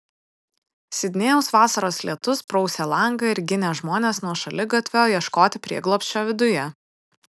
sidnėjaus vasaros lietus prausė langą ir ginė žmones nuo šaligatvio ieškoti prieglobsčio viduje